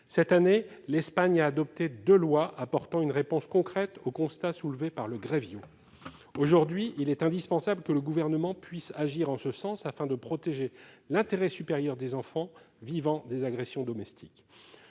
Cette année, l'Espagne a adopté deux lois apportant une réponse concrète aux constats soulevés par le Grevio. Aujourd'hui, il est indispensable que le Gouvernement puisse agir en ce sens, afin de protéger l'intérêt supérieur des enfants vivant des agressions domestiques.